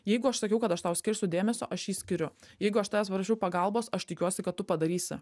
jeigu aš sakiau kad aš tau skirsiu dėmesio aš jį skiriu jeigu aš tavęs paprašau pagalbos aš tikiuosi kad tu padarysi